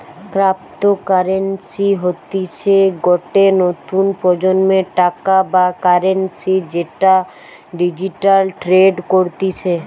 cryptocurrency হতিছে গটে নতুন প্রজন্মের টাকা বা কারেন্সি যেটা ডিজিটালি ট্রেড করতিছে